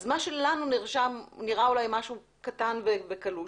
מה שלנו נראה אולי משהו קטן וקלוש,